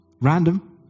random